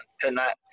tonight